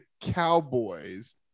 Cowboys